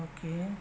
Okay